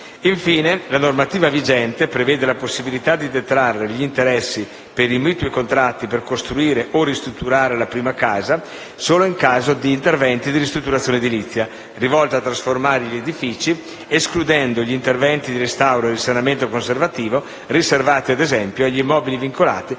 La normativa vigente prevede infine la possibilità di detrarre gli interessi per i mutui contratti per costruire o ristrutturare la prima casa solo in caso di interventi di ristrutturazione edilizia rivolti a trasformare gli edifici, escludendo gli interventi di restauro e risanamento conservativo, riservati, ad esempio, agli immobili vincolati, che